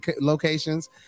locations